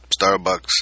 Starbucks